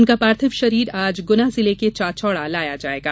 उनका पार्थिव शरीर आज गुना जिले के चाचौड़ा लाया जायेगा